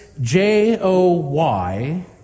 J-O-Y